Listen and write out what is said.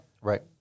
Right